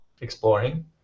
exploring